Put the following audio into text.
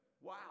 wow